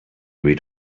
read